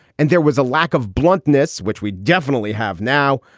and there was a lack of bluntness, which we definitely have now.